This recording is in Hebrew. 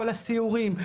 כל הסיורים,